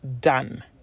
Done